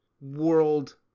world